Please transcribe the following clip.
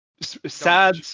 Sad